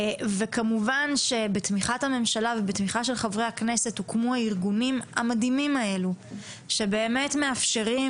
בתמיכת הממשלה והכנסת הוקמו הארגונים המדהימים האלה שמאפשרים